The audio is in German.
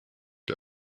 der